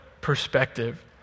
perspective